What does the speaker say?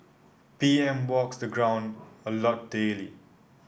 P M walks the ground a lot daily